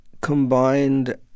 combined